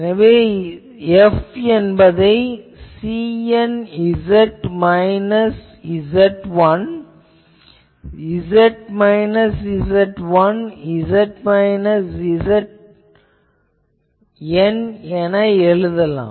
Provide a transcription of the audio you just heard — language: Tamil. எனவே F என்பதை CN Z minus Z1 Z minus Z2 Z minus ZN எனவும் எழுதலாம்